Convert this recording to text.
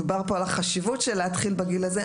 דובר פה על החשיבות של להתחיל בגיל הזה,